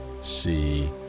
see